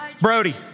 Brody